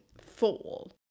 fall